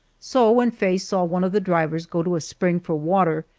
so, when faye saw one of the drivers go to a spring for water,